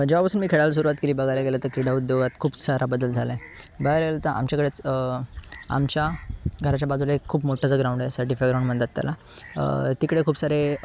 जेव्हापासून मी खेळायला सुरवात केली बघायला गेलं तर क्रीडाउद्योगात खूप सारा बदल झाला आहे बघायला गेलं तर आमच्याकडेच आमच्या घराच्या बाजूला एक खूप मोठंस ग्राउंड आहे सर्टिफाय ग्राउंड म्हणतात त्याला तिकडे खूप सारे